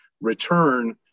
return